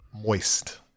moist